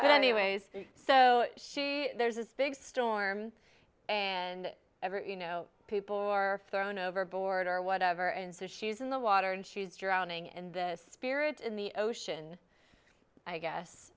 but anyways so there's this big storm and every you know people or thrown overboard or whatever and so she's in the water and she's drowning and this spirit in the ocean i guess